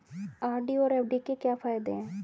RD और FD के क्या फायदे हैं?